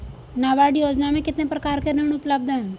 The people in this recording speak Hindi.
नाबार्ड योजना में कितने प्रकार के ऋण उपलब्ध हैं?